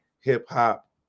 hip-hop